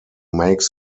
make